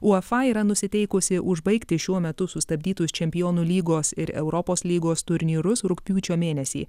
uefa yra nusiteikusi užbaigti šiuo metu sustabdytus čempionų lygos ir europos lygos turnyrus rugpjūčio mėnesį